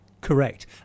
Correct